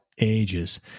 ages